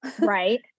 Right